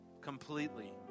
completely